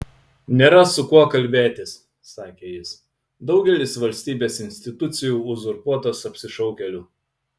nėra su kuo kalbėtis sakė jis daugelis valstybės institucijų uzurpuotos apsišaukėlių